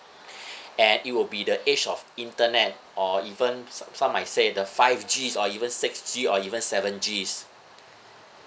and it will be the age of internet or even so~ some might say the five Gs or even six G or even seven Gs